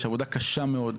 עבודה קשה מאוד,